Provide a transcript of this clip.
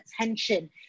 attention